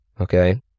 Okay